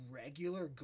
regular